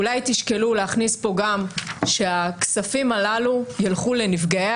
אולי תשקלו להכניס פה גם שהכספים הללו ילכו לנפגעי